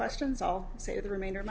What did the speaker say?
questions i'll say the remainder